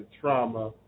trauma